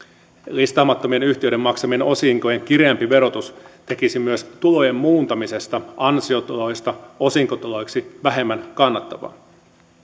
listaamattomien yhtiöiden maksamien osinkojen kireämpi verotus tekisi myös tulojen muuntamisesta ansiotuloista osinkotuloiksi vähemmän kannattavaa